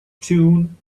tune